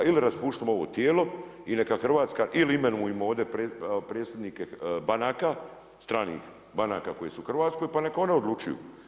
Ili raspuštamo ovo tijelo i neka Hrvatska, ili imenujemo ovdje predsjednike banaka, stranih banaka koje su u Hrvatskoj pa neka oni odlučuju.